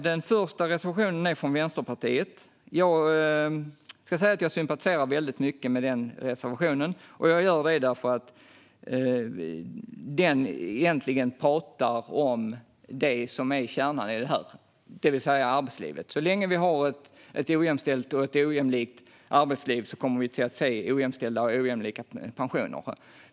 Den första är från Vänsterpartiet. Jag ska säga att jag sympatiserar väldigt mycket med den reservationen, och jag gör det för att man i den talar om det som är kärnan i det här, det vill säga arbetslivet. Så länge vi har ett ojämställt och ojämlikt arbetsliv kommer vi att se ojämställda och ojämlika pensioner.